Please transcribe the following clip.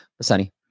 Sunny